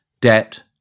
debt